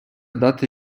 дати